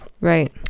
right